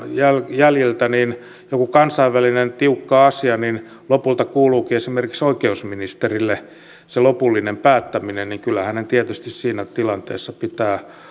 jäljiltä joku kansainvälinen tiukka asia lopulta kuuluukin esimerkiksi oikeusministerille se lopullinen päättäminen ja kyllä hänen tietysti siinä tilanteessa pitää